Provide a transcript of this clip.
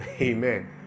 Amen